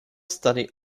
study